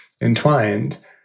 entwined